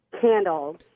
Candles